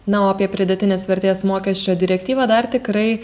na o apie pridėtinės vertės mokesčio direktyvą dar tikrai